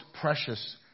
precious